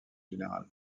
général